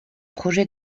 projet